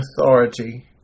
authority